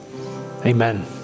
Amen